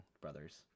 Brothers